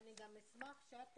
אני גם אשמח שאת תגידי,